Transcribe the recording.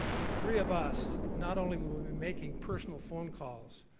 the three of us, not only we will be making personal phone calls,